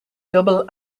double